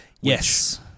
Yes